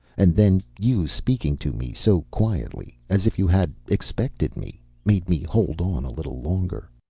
and then you speaking to me so quietly as if you had expected me made me hold on a little longer.